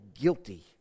guilty